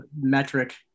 metric